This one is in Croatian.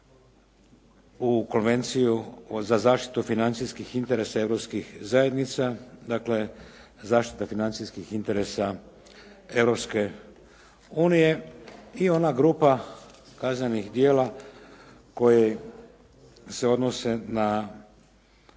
u Konvenciju za zaštitu financijskih interesa europskih zajednica, dakle zaštita financijskih interesa Europske unije i ona grupa kaznenih djela koje se odnose na